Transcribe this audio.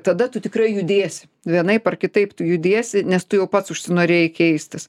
tada tu tikrai judėsi vienaip ar kitaip tu judėsi nes tu jau pats užsinorėjai keistis